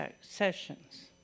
sessions